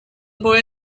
boy